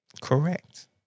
Correct